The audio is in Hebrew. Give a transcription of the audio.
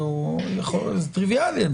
זה טריוויאלי.